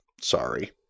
Sorry